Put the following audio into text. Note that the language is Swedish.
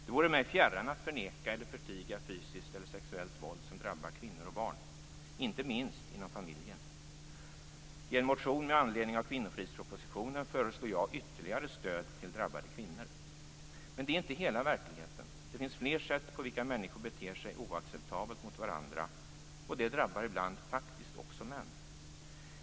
Det vore mig fjärran att förneka eller förtiga det fysiska eller sexuella våld som drabbar kvinnor och barn, inte minst inom familjen. I min motion med anledning av kvinnofridspropositionen föreslår jag ytterligare stöd till drabbade kvinnor. Men det är inte hela verkligheten. Det finns fler sätt på vilka människor beter sig oacceptabelt mot varandra, och det drabbar ibland faktiskt också män.